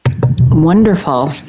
Wonderful